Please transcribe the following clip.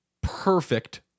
perfect